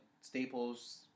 Staples